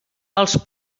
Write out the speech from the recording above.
als